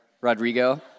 Rodrigo